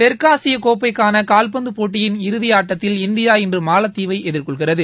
தெற்காசிய கோப்பைக்காள கால்பந்து போட்டி இறுதியாட்டத்தில் இந்தியா இன்று மாலத்தீவை எதிர்கொள்கிறது